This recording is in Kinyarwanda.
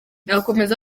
akomeza